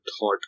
thought